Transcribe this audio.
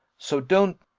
so don't,